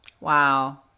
Wow